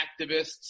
activists